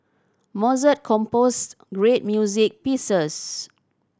Mozart composed great music pieces